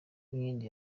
uwinkindi